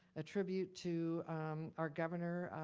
attribute to our governor,